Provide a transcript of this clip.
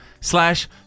slash